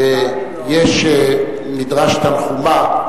ויש מדרש תנחומא,